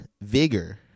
vigor